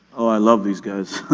i love these guys.